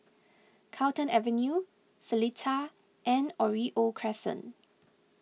Carlton Avenue Seletar and Oriole Crescent